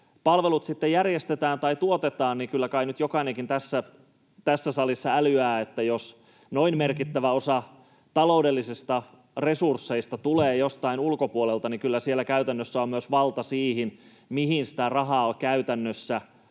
palvelut sitten järjestetään tai tuotetaan, niin kyllä kai nyt jokainen tässä salissa älyää, että jos noin merkittävä osa taloudellisista resursseista tulee jostain ulkopuolelta, niin kyllä siellä käytännössä on myös valta siihen, mihin sitä rahaa käytännössä